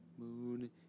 Moon